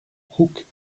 brooks